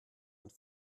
und